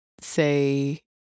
say